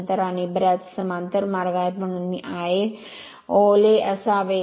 नंतर आणि बर्याच समांतर मार्ग आहेत म्हणून मी आयए ओल ए असावे